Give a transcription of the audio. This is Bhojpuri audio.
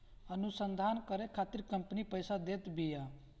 अनुसंधान करे खातिर कंपनी पईसा देत बिया